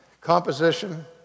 composition